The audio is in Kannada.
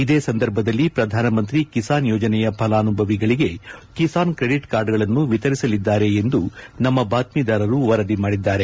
ಇದೇ ಸಂದರ್ಭದಲ್ಲಿ ಪ್ರಧಾನಮಂತ್ರಿ ಕಿಸಾನ್ ಯೋಜನೆಯ ಫಲಾನುಭವಿಗಳಿಗೆ ಕಿಸಾನ್ ಕ್ರೆಡಿಟ್ ಕಾರ್ಡ್ಗಳನ್ನು ವಿತರಿಸಲಿದ್ದಾರೆ ಎಂದು ನಮ್ನ ಬಾತ್ನೀದಾರರು ವರದಿ ಮಾಡಿದ್ದಾರೆ